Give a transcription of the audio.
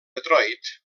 detroit